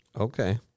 Okay